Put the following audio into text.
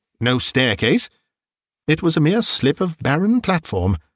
no staircase it was a mere slip of barren platform,